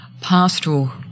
pastoral